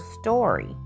story